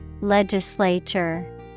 Legislature